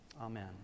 Amen